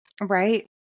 Right